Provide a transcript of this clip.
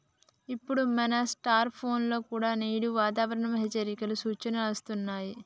ఇప్పుడు మన స్కార్ట్ ఫోన్ల కుండా నేడు వాతావరణ హెచ్చరికలు, సూచనలు అస్తున్నాయి